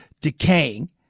decaying